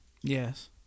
Yes